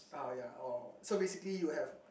uh ya or so basically you have